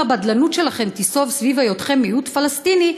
אם הבדלנות שלכם תהיה סביב היותכם מיעוט פלסטיני,